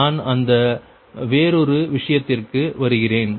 நான் அந்த வேறொரு விஷயத்திற்கு வருகிறேன்